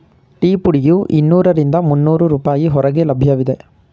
tea ಪುಡಿಯು ಇನ್ನೂರರಿಂದ ಮುನ್ನೋರು ರೂಪಾಯಿ ಹೊರಗೆ ಲಭ್ಯವಿದೆ